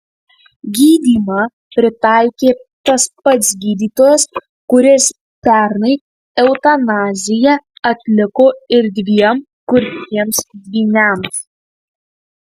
gydymą pritaikė tas pats gydytojas kuris pernai eutanaziją atliko ir dviem kurtiems dvyniams